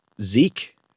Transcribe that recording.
Zeke